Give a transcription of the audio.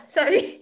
Sorry